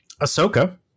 Ahsoka